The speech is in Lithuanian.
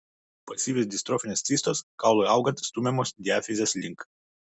pasyvios distrofinės cistos kaului augant stumiamos diafizės link